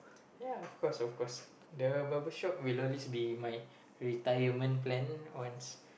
ya of course of course the barber shop will always be my retirement plan once